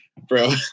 bro